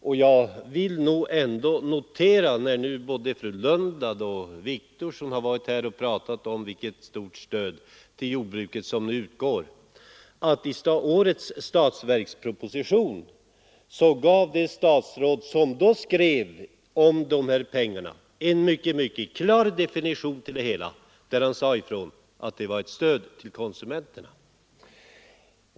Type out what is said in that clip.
När nu både fru Lundblad och herr Wictorson talar om det stora stöd som utgår till jordbruket vill jag notera att i årets statsverksproposition sade det statsråd som då skrev om det här stödet klart ifrån att det var ett stöd till konsumenterna.